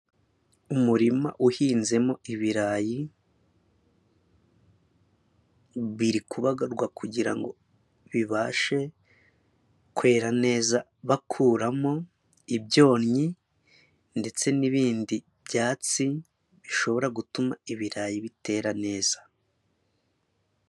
Umurima uhinze mo ibirayi biri kubagarwa kugirango bibashe kwera neza, bakuramo ibyonnyi ndetse n'ibindi byatsi bishobora gutuma ibirayi bitera neza.